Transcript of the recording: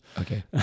Okay